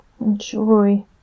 Enjoy